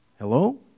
Hello